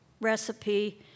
recipe